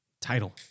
Title